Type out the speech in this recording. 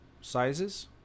sizes